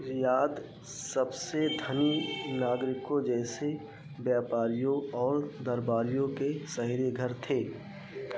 Riyadh सबसे धनी नागरिकों जैसे व्यापारियो और दरबारियों के शहरी घर थे